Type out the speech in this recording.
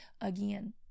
again